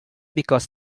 because